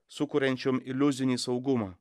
sukuriančiom iliuzinį saugumą